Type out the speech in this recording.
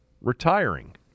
retiring